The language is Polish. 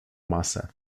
masę